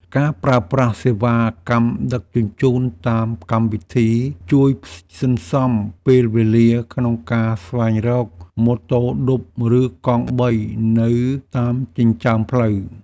ការប្រើប្រាស់សេវាកម្មដឹកជញ្ជូនតាមកម្មវិធីជួយសន្សំពេលវេលាក្នុងការស្វែងរកម៉ូតូឌុបឬកង់បីនៅតាមចិញ្ចើមផ្លូវ។